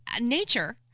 nature